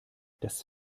das